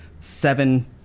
seven